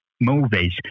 movies